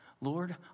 Lord